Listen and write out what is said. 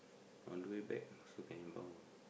on the way back so can inbound